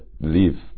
leave